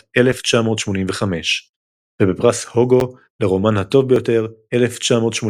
1985. ובפרס הוגו לרומן הטוב ביותר 1986,